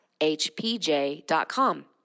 hpj.com